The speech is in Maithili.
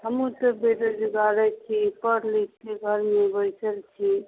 हमहूँ तऽ बेरोजगारे छी पढ़ि लिखके घरमे बैसल छी